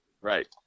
Right